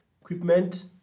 equipment